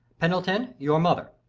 pendle ton, your mother.